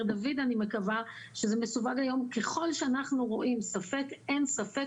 דוד אני מקווה שזה מסווג היום ככל שאנחנו רואים ספק אין ספק,